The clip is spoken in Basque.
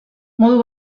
modu